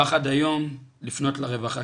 פחד איום לפנות לרווחה,